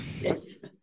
Yes